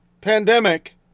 pandemic